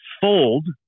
fold